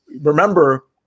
Remember